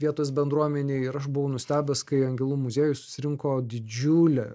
vietos bendruomenei ir aš buvau nustebęs kai angelų muziejuj susirinko didžiulė